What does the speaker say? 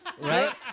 Right